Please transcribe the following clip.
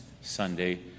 Sunday